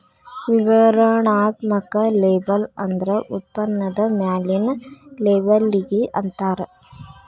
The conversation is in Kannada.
ವಿವರಣಾತ್ಮಕ ಲೇಬಲ್ ಅಂದ್ರ ಉತ್ಪನ್ನದ ಮ್ಯಾಲಿನ್ ಲೇಬಲ್ಲಿಗಿ ಅಂತಾರ